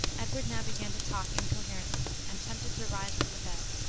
edward now began to talk incoherently, and attempted to rise from the bed,